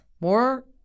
More